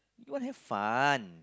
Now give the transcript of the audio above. you want have fun